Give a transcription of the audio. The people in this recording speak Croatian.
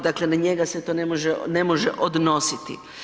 Dakle, na njega se to ne može odnositi.